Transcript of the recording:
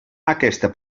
aquesta